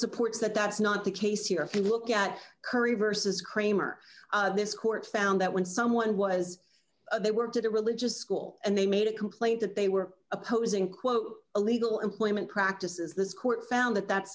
supports that that's not the case you can look at curry versus kramer this court found that when someone was they were did a religious school and they made a complaint that they were opposing quote illegal employment practices this court found that that